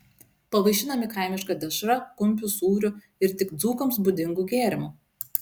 pavaišinami kaimiška dešra kumpiu sūriu ir tik dzūkams būdingu gėrimu